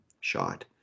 shot